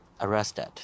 arrested